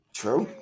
true